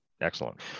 Excellent